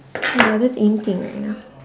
ya that's in thing right now